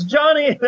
Johnny